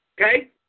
Okay